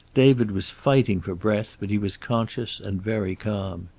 david was fighting for breath, but he was conscious and very calm.